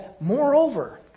moreover